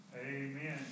Amen